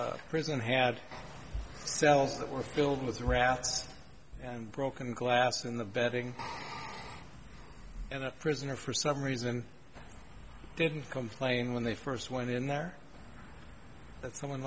u prison had cells that were filled with rats and broken glass in the betting in a prison or for some reason didn't complain when they first went in there that